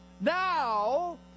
Now